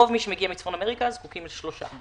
רוב מי שמגיע מצפון אמריקה זקוקים לשלושה.